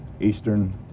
Eastern